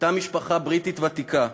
הייתה משפחה בריטית ותיקה.